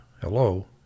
hello